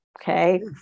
Okay